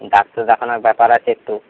doctor দেখানোর ব্যাপার আছে একটু